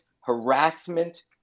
harassment